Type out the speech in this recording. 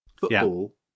football